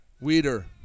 Weeder